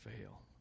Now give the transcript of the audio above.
fail